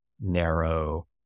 narrow